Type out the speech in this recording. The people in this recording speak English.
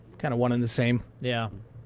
kind of one in the same. yeah.